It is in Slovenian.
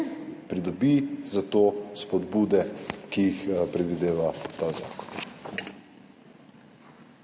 pridobi za to spodbude, ki jih predvideva ta zakon.